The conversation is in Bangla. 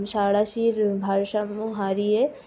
সাঁড়াশির ভারসাম্য হারিয়ে